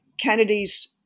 Kennedy's